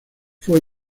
fue